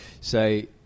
say